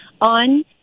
on